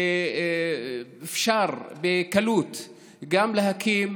ואפשר בקלות להקים.